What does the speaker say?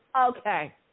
Okay